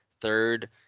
third